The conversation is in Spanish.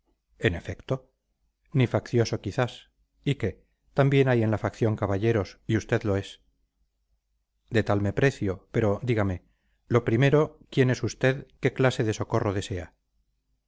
en efecto ni faccioso quizás y qué también hay en la facción caballeros y usted lo es de tal me precio pero dígame lo primero quién es usted qué clase de socorro desea